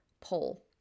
Pull